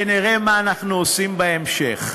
ונראה מה אנחנו עושים בהמשך.